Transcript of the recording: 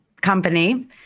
company